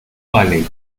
vale